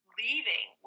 leaving